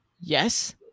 Yes